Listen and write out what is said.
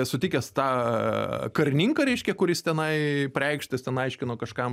sutikęs tą karininką reiškia kuris tenai per aikštes ten aiškino kažkam